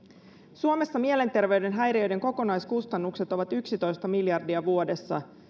suomessa mielenterveyden häiriöiden kokonaiskustannukset ovat yksitoista miljardia vuodessa